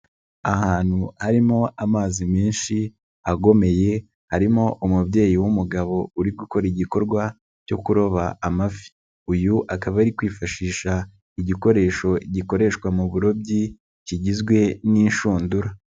Ahantu harimo amazi menshi akomeye, harimo umubyeyi w'umugabo uri gukora igikorwa cyo kuroba amafi. Uyu akaba ari kwifashisha igikoresho gikoreshwa mu burobyi kigizwe n'inshundura.